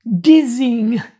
dizzying